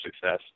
success